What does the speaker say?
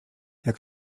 jak